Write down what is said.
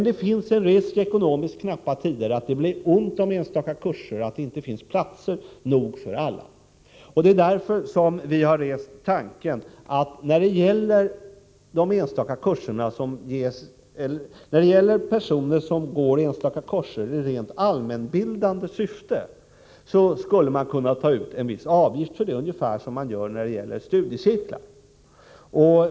Det finns emellertid i ekonomiskt kärva tider en risk att det blir ont om enstaka kurser och att det inte finns plats för alla. Det är därför som vi väckt tanken att när det gäller personer som läser enstaka kurser i rent allmänbildande syfte, skulle man kunna ta ut en viss avgift — ungefär som man gör i fråga om studiecirklar.